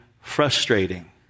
frustrating